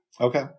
Okay